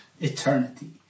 eternity